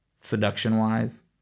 seduction-wise